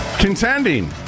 Contending